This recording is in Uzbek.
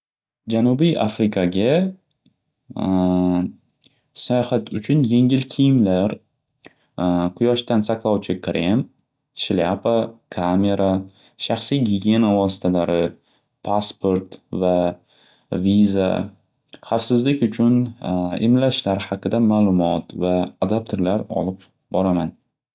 Janubiy afrikaga sayohat uchun yengil kiyimlar quyoshdan saqlovchi krem, shlyapa, kamera, shaxsiy gigiyena vositalari, passport va viza, xavfsizlik uchun emlashlar haqida ma'lumot va adapterlar olib boraman.